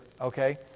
Okay